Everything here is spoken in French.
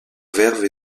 verve